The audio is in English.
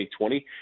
2020